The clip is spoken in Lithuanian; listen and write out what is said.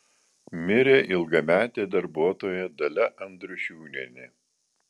mirė ilgametė darbuotoja dalia andriušiūnienė